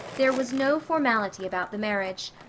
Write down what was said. there was no formality about the marriage.